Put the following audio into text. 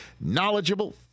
knowledgeable